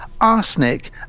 arsenic